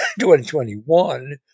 2021